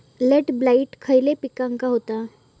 Late blight खयले पिकांका होता?